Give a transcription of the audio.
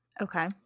Okay